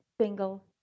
single